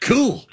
Cool